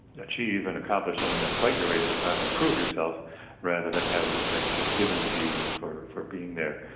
achieve and accomplish and and fight your way to the top and prove yourself rather than have respect just given to you for for being there.